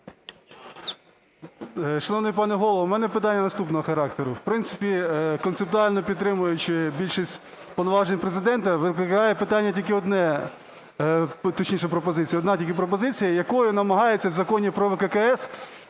Шановний пане Голово, в мене питання наступного характеру. В принципі, концептуально підтримуючи більшість повноважень Президента, викликає питання тільки одне, точніше, пропозиція. Одна тільки пропозиція, якою намагаються в Законі про ВККС